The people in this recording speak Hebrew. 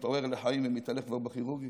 מתעורר לחיים ומתהלך כבר בכירורגית.